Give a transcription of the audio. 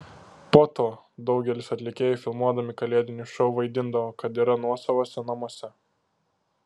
po to daugelis atlikėjų filmuodami kalėdinius šou vaidindavo kad yra nuosavose namuose